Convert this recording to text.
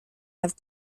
have